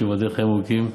שיבדל לחיים ארוכים,